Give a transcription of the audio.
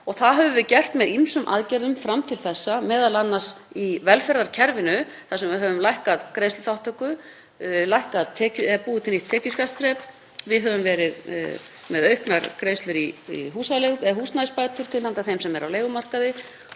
og það höfum við gert með ýmsum aðgerðum fram til þessa, m.a. í velferðarkerfinu þar sem við höfum lækkað greiðsluþátttöku, búið til nýtt tekjuskattsþrep. Við höfum verið með auknar greiðslur í húsnæðisbætur til handa þeim sem eru á leigumarkaði